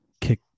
kick